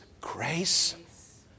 grace